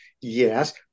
Yes